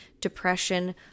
depression